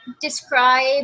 describe